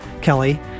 Kelly